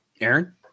Aaron